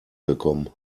gekommen